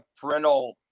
parental